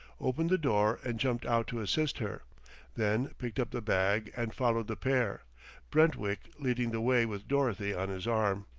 opened the door and jumped out to assist her then picked up the bag and followed the pair brentwick leading the way with dorothy on his arm.